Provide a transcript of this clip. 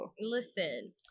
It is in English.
Listen